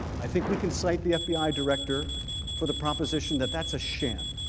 i think we can cite the fbi director for the proposition that that's a shame